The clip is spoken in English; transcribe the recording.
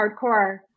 hardcore